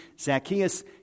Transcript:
Zacchaeus